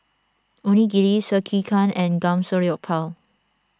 Onigiri Sekihan and Samgyeopsal